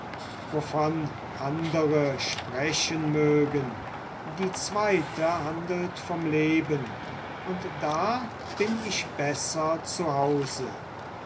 wovon andere sprechen mögen die zweite handelt vom leben und da bin ich besser